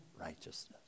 righteousness